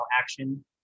action